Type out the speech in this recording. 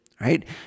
right